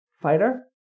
fighter